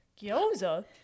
gyoza